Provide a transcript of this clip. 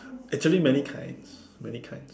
actually many kinds many kinds